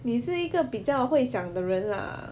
你是一个比较会想的人啦